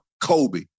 Kobe